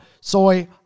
soy